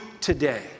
today